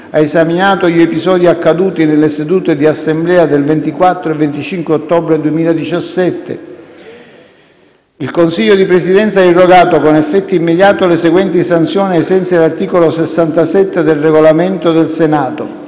ha esaminato gli episodi accaduti nelle sedute di Assemblea del 24 e 25 ottobre 2017. Il Consiglio di Presidenza ha irrogato, con effetto immediato, le seguenti sanzioni, ai sensi dell'articolo 67 del Regolamento del Senato: